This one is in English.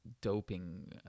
doping